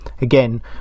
again